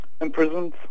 imprisoned